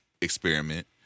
experiment